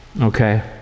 Okay